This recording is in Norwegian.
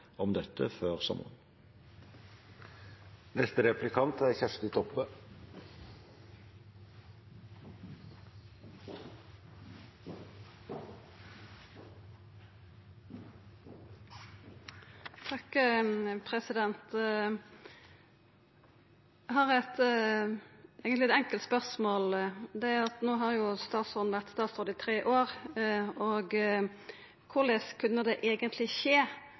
om dette før sommeren. Eg har eit enkelt spørsmål. No har statsråden vore statsråd i tre år, og korleis kunne det eigentleg skje